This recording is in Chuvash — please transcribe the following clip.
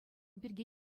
пирки